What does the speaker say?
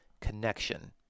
connection